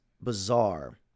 bizarre